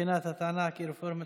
ולכן הכתובת לטיפול ובירור התלונות